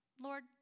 Lord